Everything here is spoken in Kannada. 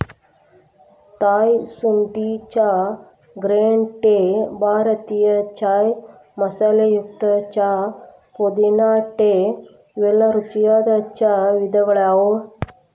ಥಾಯ್ ಶುಂಠಿ ಚಹಾ, ಗ್ರೇನ್ ಟೇ, ಭಾರತೇಯ ಚಾಯ್ ಮಸಾಲೆಯುಕ್ತ ಚಹಾ, ಪುದೇನಾ ಟೇ ಇವೆಲ್ಲ ರುಚಿಯಾದ ಚಾ ವಿಧಗಳಗ್ಯಾವ